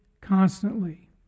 constantly